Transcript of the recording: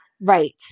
Right